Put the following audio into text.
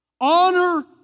Honor